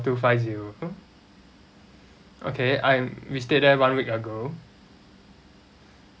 two five zero okay I'm we stay there one week ago